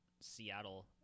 Seattle